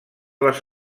les